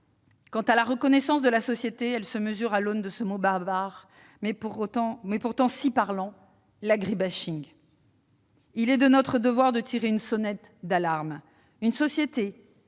Quant à la reconnaissance de la société, elle se mesure à l'aune de ce mot barbare, mais si parlant : l'agri-bashing. Il est de notre devoir de tirer la sonnette d'alarme : une société